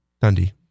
Dundee